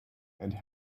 and